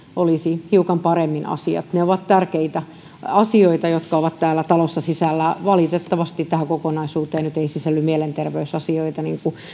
olisi hiukan paremmin asiat ne ovat tärkeitä asioita jotka ovat täällä talossa sisällä valitettavasti tähän kokonaisuuteen nyt ei sisälly mielenterveysasioita